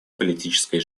политической